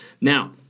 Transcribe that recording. Now